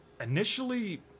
Initially